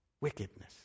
Wickedness